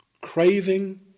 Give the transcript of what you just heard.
craving